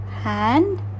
hand